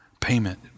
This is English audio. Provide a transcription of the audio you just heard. payment